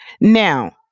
Now